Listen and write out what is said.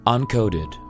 Uncoded